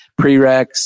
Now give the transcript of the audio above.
Prereqs